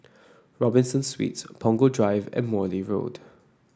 Robinson Suites Punggol Drive and Morley Road